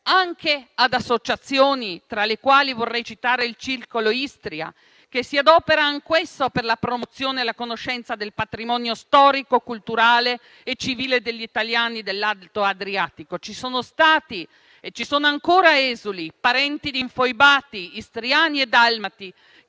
anche ad associazioni (tra le quali vorrei citare il Circolo Istria) che si adoperano per la promozione e la conoscenza del patrimonio storico, culturale e civile degli italiani dell'alto Adriatico. Ci sono stati e ci sono ancora esuli istriani e dalmati,